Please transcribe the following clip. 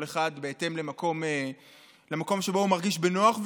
כל אחד בהתאם למקום שבו הוא מרגיש בנוח,